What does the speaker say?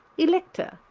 elector,